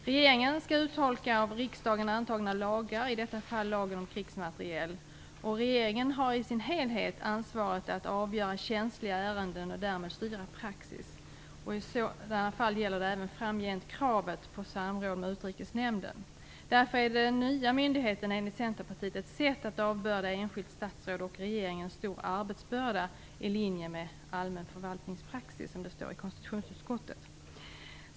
Regeringen skall uttolka av riksdagen antagna lagar - i detta fall lagen om krigsmateriel. Regeringen skall i sin helhet ha ansvaret att avgöra känsliga ärenden och därmed styra praxis. I sådana fall gäller även framgent kravet på samråd med Utrikesnämnden. Därför är den nya myndigheten, enligt Centerpartiet, ett sätt att avbörda enskilt statsråd och regeringen en stor arbetsbörda, i linje med allmän förvaltningspraxis, som det står i konstitutionsutskottets betänkande.